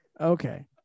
okay